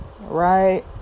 right